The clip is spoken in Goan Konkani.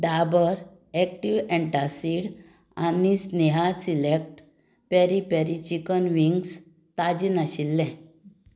डाबर एक्टीव एन्टासीड आनी Sneha select peri peri chicken wings ताज्जें नाशिल्ले